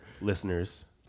Listeners